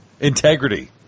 Integrity